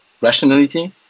rationality